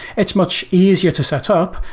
it's much easier to set up,